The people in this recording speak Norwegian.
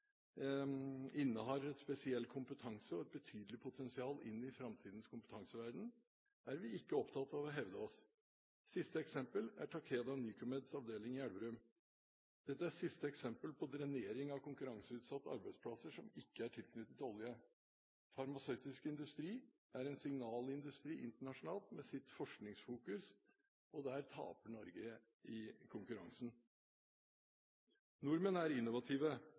innehar en spesiell kompetanse og et betydelig potensial inn i framtidens kompetanseverden, er vi ikke opptatt av å hevde oss. Det siste eksemplet er Takeda Nycomeds avdeling i Elverum. Dette er det siste eksemplet på drenering av konkurranseutsatte arbeidsplasser som ikke er tilknyttet olje. Farmasøytisk industri er en signalindustri internasjonalt med sitt forskningsfokus, og der taper Norge i konkurransen. Nordmenn er innovative,